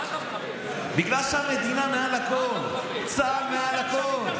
בגלל שהמדינה מעל הכול, צה"ל מעל הכול.